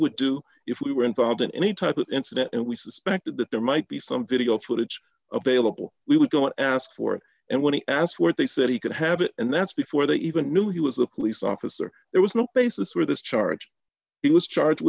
would do if we were involved in any type of incident and we suspected that there might be some video footage available we would go and ask for it and when he asked where they said he could have it and that's before they even knew he was a police officer there was no basis for this charge he was charged